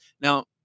now